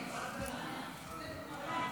בקריאה השלישית.